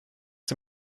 sie